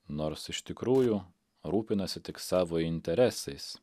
nors iš tikrųjų rūpinasi tik savo interesais